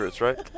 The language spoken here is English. right